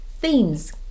themes